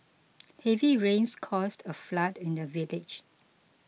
heavy rains caused a flood in the village